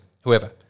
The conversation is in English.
whoever